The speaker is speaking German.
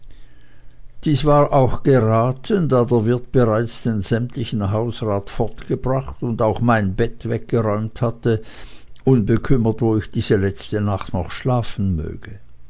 das war auch geraten da der wirt bereits den sämtlichen hausrat fortgebracht und auch mein bett weggeräumt hatte unbekümmert wo ich diese letzte nacht noch schlafen möge